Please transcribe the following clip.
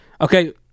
Okay